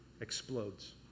explodes